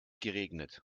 geregnet